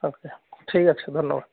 ও কে ঠিক আছে ধন্যবাদ